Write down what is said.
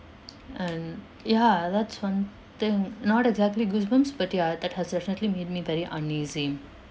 and ya that's one thing not exactly goosebumps but ya that has definitely made me very uneasy